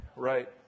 Right